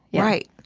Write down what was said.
yeah right.